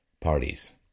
parties